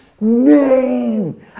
name